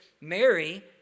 Mary